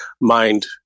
mind